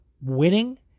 winning